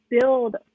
build